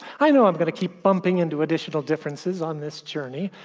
i know i'm going to keep bumping into additional differences on this journey,